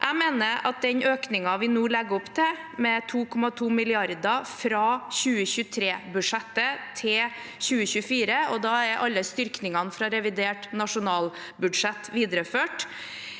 Jeg mener den økningen vi nå legger opp til, med 2,2 mrd. kr fra 2023-budsjettet til 2024 – og da er alle styrkningene fra revidert nasjonalbudsjett videreført